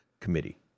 committee